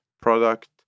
product